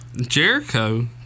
Jericho